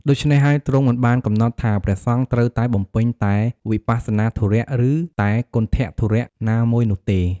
ដូច្នេះហើយ ទ្រង់មិនបានកំណត់ថា ព្រះសង្ឃត្រូវតែបំពេញតែវិបស្សនាធុរៈ ឬតែគន្ថធុរៈណាមួយនោះទេ។